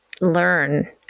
learn